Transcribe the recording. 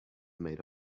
made